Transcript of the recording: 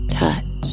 touch